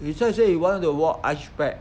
he just say he want to watch ipad